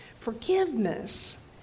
Forgiveness